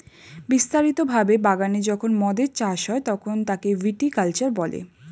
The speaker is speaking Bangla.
বিস্তারিত ভাবে বাগানে যখন মদের চাষ হয় তাকে ভিটি কালচার বলে